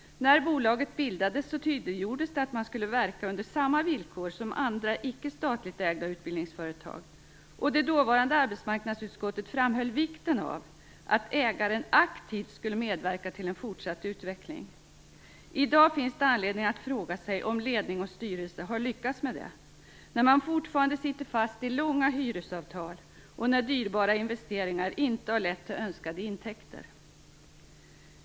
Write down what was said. När bolaget bildades tydliggjordes det att man skulle verka under samma villkor som andra icke statligt ägda utbildningsföretag, och det dåvarande arbetsmarknadsutskottet framhöll vikten av att ägaren aktivt skulle medverka till en fortsatt utveckling. I dag finns det anledning att fråga sig om ledning och styrelse har lyckats med detta, eftersom man fortfarande sitter fast i långa hyresavtal och dyrbara investeringar inte har lett till önskade intäkter.